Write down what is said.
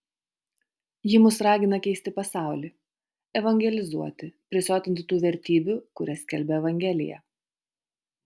ji mus ragina keisti pasaulį evangelizuoti prisotinti tų vertybių kurias skelbia evangelija